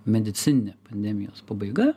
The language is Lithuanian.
medicininė pandemijos pabaiga